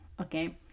Okay